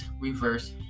reverse